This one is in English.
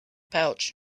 pouch